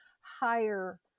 higher